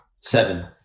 Seven